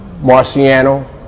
Marciano